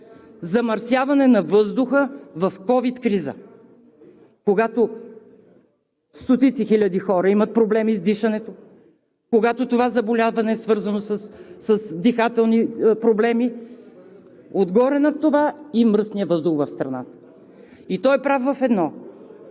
замърсяване на въздуха в ковид криза, когато стотици хиляди хора имат проблеми с дишането, когато това заболяване е свързано с дихателни проблеми, отгоре на това и мръсният въздух в страната. И той е прав в едно